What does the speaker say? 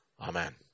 Amen